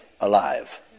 alive